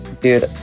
Dude